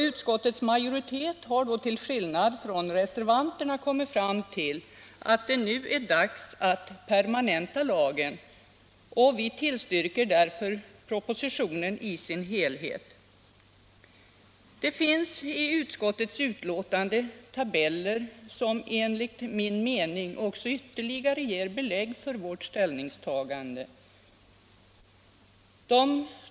Utskottets majoritet har därför till skillnad från reservanterna kommit fram till att det nu är dags att permanenta lagen, och vi tillstyrker alltså 85 På ss. 2 och 3 i utskottsbetänkandet finns tabeller som enligt min mening ytterligare styrker vårt ställningstagande.